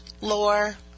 lore